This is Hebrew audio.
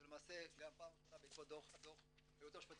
למעשה גם פעם ראשונה בעקבות הדו"ח היועץ המשפטי